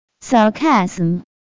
sarcasm